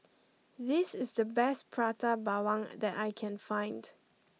this is the best Prata Bawang that I can find